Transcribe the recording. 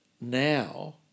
now